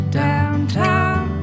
downtown